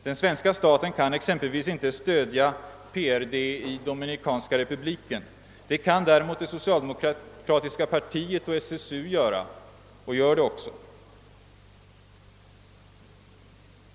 Den svenska staten kan exempelvis inte stödja PRD i Dominikanska republiken — det kan däremot det socialdemokratiska partiet och SSU göra, och de gör det också.